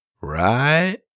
right